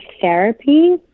therapy